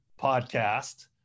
podcast